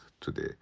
today